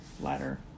ladder